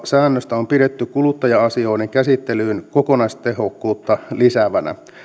säännöstä on pidetty kuluttaja asioiden käsittelyn kokonaistehokkuutta lisäävänä